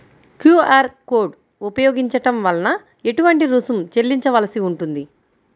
QR code ఉపయోగించటం వలన ఏటువంటి రుసుం చెల్లించవలసి ఉంటుంది?